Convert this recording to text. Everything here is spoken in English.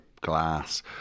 glass